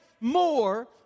more